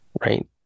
right